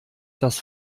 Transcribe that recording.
das